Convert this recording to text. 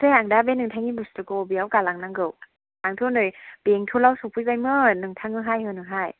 ओमफ्राय आं दा बे नोंथांनि बुस्थुखौ अबेयाव गालांनांगौ आंथ' नै बेंटलआव सौफैबायमोन नोंथांनोहाय होनोहाय